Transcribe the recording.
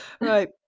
Right